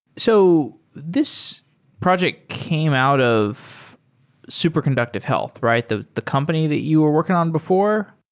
so this project came out of superconductive health, right? the the company that you were working on before?